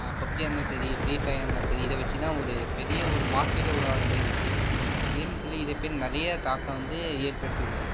பப்ஜியாக இருந்தாலும் சரி ஃப்ரீ ஃபயராக இருந்தாலும் சரி இதைவச்சுதான் ஒரு பெரிய ஒரு மார்கேட்டே உருவாகுனமாரி இருக்குது கேமிங் துறையில் இதைமேரி நிறைய தாக்கம் வந்து ஏற்படுத்தி உள்ளது